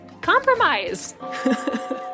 Compromise